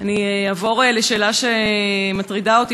אני אעבור לשאלה שמטרידה אותי,